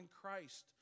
Christ